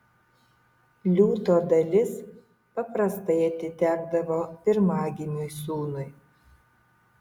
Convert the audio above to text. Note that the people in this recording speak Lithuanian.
liūto dalis paprastai atitekdavo pirmagimiui sūnui